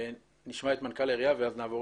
נשמע את מנכ"ל העירייה ואז נעבור